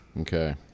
okay